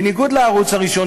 בניגוד לערוץ הראשון,